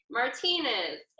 Martinez